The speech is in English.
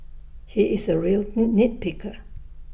he is A real knee nit picker